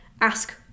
ask